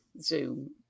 Zoom